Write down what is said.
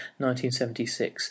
1976